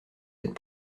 êtes